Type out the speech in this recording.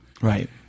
Right